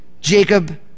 Jacob